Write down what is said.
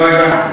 לא הבנתי.